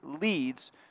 leads